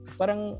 parang